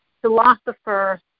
philosopher